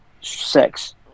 sex